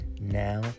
Now